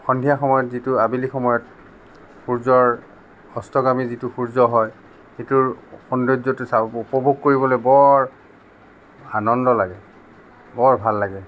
সন্ধিয়া সময়ত যিটো আবেলি সময়ত সূৰ্যৰ অস্তগামী যিটো সূৰ্য হয় সেইটোৰ সৌন্দৰ্যটো চাব উপভোগ কৰিবলৈ বৰ আনন্দ লাগে বৰ ভাল লাগে